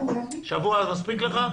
שבוע זה מספיק לך?